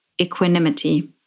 equanimity